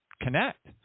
connect